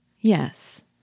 Yes